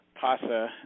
PASA